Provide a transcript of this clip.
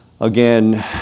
again